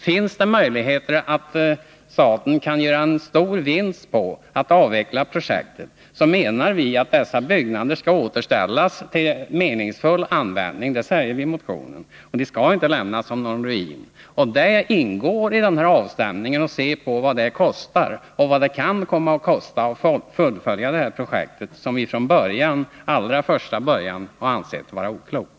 Finns det möjlighet för staten att göra en stor vinst genom att avveckla projektet, så menar vi att dessa byggnader skall återställas till meningsfull användning; det säger vi i motionen. De skall inte lämnas som några ruiner. Det ingår i avstämningen att se på vad det kan kosta och vad det kan komma att kosta att fullfölja projektet, som vi från allra första början har ansett vara oklokt.